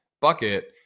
bucket